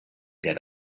get